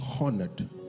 honored